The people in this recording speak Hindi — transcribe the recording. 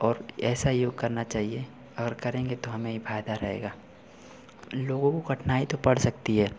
और ऐसा योग करना चाहिए अगर करेंगे तो हमें ही फ़ायदा रहेगा लोगों को कठिनाई तो पड़ सकती है